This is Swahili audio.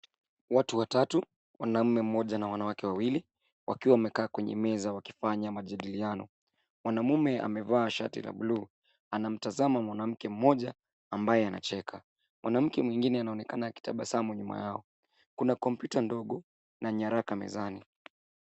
Watu watatu, mwanaume mmoja na wanawake wawili wakiwa wamekaa kwenye meza wakifanya majadiliano. Mwanaume amevaa shati la bluu anamtazama mwanamke mmoja ambaye anacheka. Mwanamke mwingine anaonekana akitabasamu nyuma yao. Kuna kompyuta ndogo na nyaraka mezani.